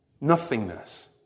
nothingness